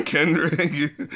Kendrick